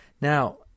Now